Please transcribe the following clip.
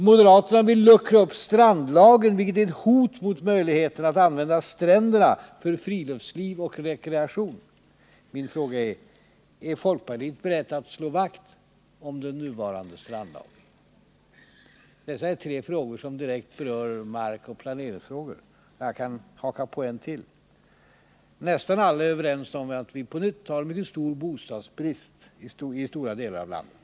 Moderaterna vill luckra upp strandlagen, vilket är ett hot mot möjligheterna att använda stränderna för friluftsliv och rekreation. Min fråga är: Är folkpartiet berett att slå vakt om den nuvarande strandlagen? Detta är tre frågeställningar som direkt berör markoch planeringsfrågor. Och jag kan haka på en till. Nästan alla är överens om att vi på nytt har en mycket stor bostadsbrist i stora delar av landet.